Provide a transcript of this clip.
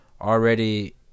already